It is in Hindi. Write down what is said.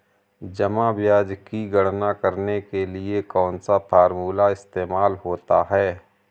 जमा ब्याज की गणना करने के लिए कौनसा फॉर्मूला इस्तेमाल होता है?